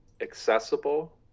accessible